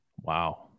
Wow